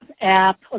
app